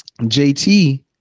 JT